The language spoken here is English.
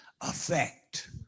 affect